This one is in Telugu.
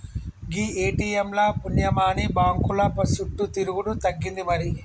గీ ఏ.టి.ఎమ్ ల పుణ్యమాని బాంకుల సుట్టు తిరుగుడు తగ్గింది మరి